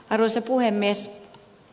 arvoisa puhemies